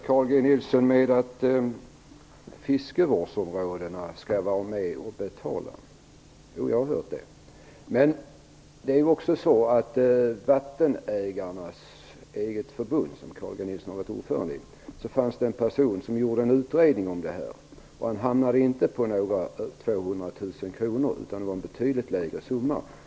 Herr talman! Fiskevårdsområdena skall vara med och betala - jo, jag har hört det, Carl G Nilsson. Men i vattenägarnas eget förbund, som Carl G Nilsson har varit ordförande i, fanns det en person som har gjort en utredning om detta. Han hamnade inte på några 200 miljoner kronor, utan en betydligt mindre summa.